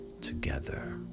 together